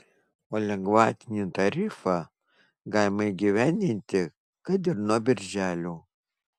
o lengvatinį tarifą galima įgyvendinti kad ir nuo birželio